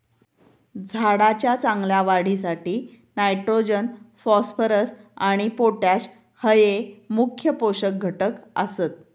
झाडाच्या चांगल्या वाढीसाठी नायट्रोजन, फॉस्फरस आणि पोटॅश हये मुख्य पोषक घटक आसत